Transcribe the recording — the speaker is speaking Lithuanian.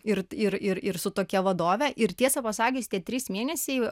ir ir ir su tokia vadove ir tiesą pasakius tie trys mėnesiai